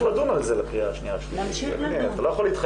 מצב שתאפסו